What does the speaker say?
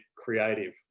creative